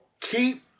keep